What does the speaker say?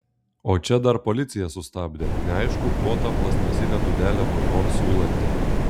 o čia dar policija sustabdė neaišku ko tą plastmasinę dūdelę burnon siūlanti